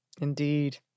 Indeed